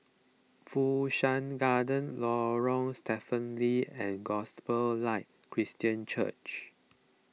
Fu Shan Garden Lorong Stephen Lee and Gospel Light Christian Church